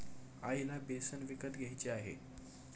आईला बेसन विकत घ्यायचे आहे